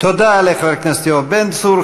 תודה לחבר הכנסת יואב בן צור.